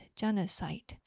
genocide